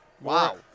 Wow